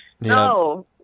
No